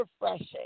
refreshing